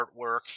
artwork